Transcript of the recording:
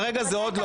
כרגע זה עוד לא,